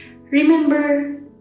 Remember